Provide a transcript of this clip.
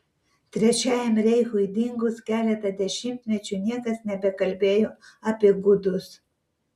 trečiajam reichui dingus keletą dešimtmečių niekas nebekalbėjo apie gudus